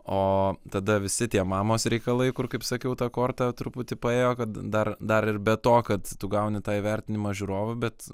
o tada visi tie mamos reikalai kur kaip sakiau ta korta truputį paėjo kad dar dar ir be to kad tu gauni tą įvertinimą žiūrovų bet